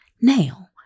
Now